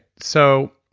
so